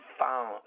found